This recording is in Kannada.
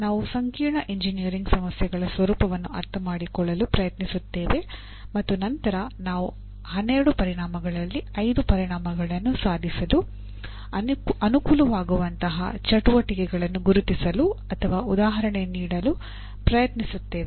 ನಾವು ಸಂಕೀರ್ಣ ಎಂಜಿನಿಯರಿಂಗ್ ಸಮಸ್ಯೆಗಳ ಸ್ವರೂಪವನ್ನು ಅರ್ಥಮಾಡಿಕೊಳ್ಳಲು ಪ್ರಯತ್ನಿಸುತ್ತೇವೆ ಮತ್ತು ನಂತರ ನಾವು 12 ಪರಿಣಾಮಗಳಲ್ಲಿ 5 ಪರಿಣಾಮಗಳನ್ನು ಸಾಧಿಸಲು ಅನುಕೂಲವಾಗುವಂತಹ ಚಟುವಟಿಕೆಗಳನ್ನು ಗುರುತಿಸಲು ಅಥವಾ ಉದಾಹರಣೆ ನೀಡಲು ಪ್ರಯತ್ನಿಸುತ್ತೇವೆ